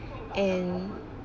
and